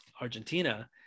Argentina